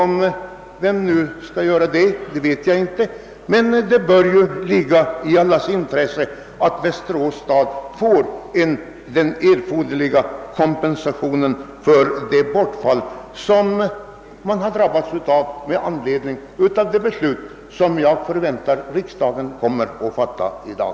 Hur man skall göra det vet jag inte, men det bör ju ligga i allas intresse att Västerås stad får den erforderliga kompensationen för det bortfall, som staden drabbas av med anledning av det beslut som jag förväntar att riksdagen kommer att fatta i dag.